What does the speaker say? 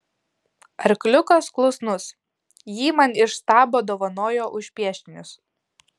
arkliukas klusnus jį man iš štabo dovanojo už piešinius